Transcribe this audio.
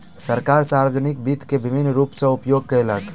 सरकार, सार्वजानिक वित्त के विभिन्न रूप सॅ उपयोग केलक